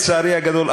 לצערי הגדול,